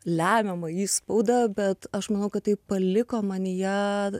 lemiamą įspaudą bet aš manau kad tai paliko manyje